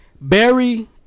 Barry